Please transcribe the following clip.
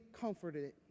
comforted